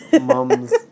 Mum's